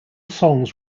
songs